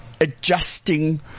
Adjusting